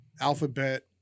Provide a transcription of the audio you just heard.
alphabet